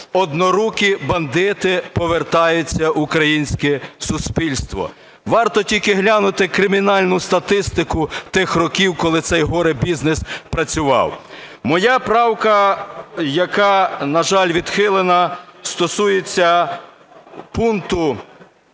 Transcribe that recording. "однорукі бандити" повертаються в українське суспільство. Варто тільки глянути кримінальну статистику тих років, коли цей горе-бізнес працював. Моя правка, яка, на жаль, відхилена, стосується пункту